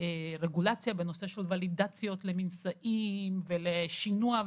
הרגולציה בנושא של ולידציות למנשאים ולשינוע,